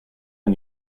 and